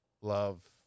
love